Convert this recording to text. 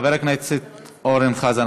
חבר הכנסת אורן חזן,